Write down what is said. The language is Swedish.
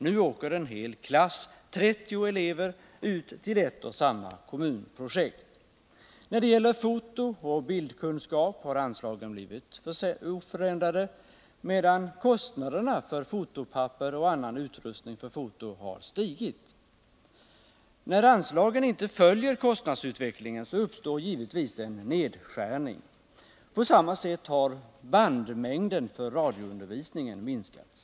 Nu åker en hel klass på 30 elever ut till ett och samma kommunprojekt. När det gäller fotooch bildkunskap har anslagen förblivit oförändrade, medan kostnaderna för fotopapper och annan utrustning för foto har stigit. När anslagen inte följer kostnadsutvecklingen, så uppstår givetvis en nedskärning. På samma sätt har bandmängden för radioundervisningen minskats.